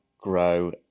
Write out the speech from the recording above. grow